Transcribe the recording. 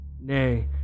Nay